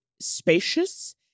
spacious